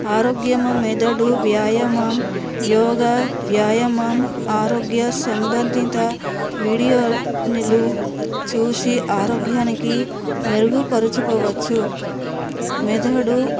ఆరోగ్యము మెదడు వ్యాయామం యోగ వ్యాయామం ఆరోగ్య సంబంధిత వీడియోలను చూసి ఆరోగ్యానికి మెరుగుపరుచుకోవచ్చు మెదడు